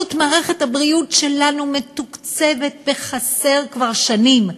מערכת הבריאות שלנו מתוקצבת בחסר כבר שנים.